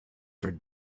for